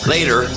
Later